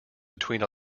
between